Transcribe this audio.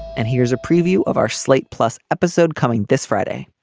and here's a preview of our slate plus episode coming this friday.